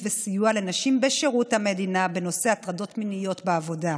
וסיוע לנשים בשירות המדינה בנושא הטרדות מיניות בעבודה.